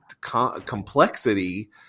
complexity